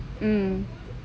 mmhmm